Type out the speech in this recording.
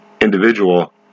individual